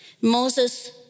Moses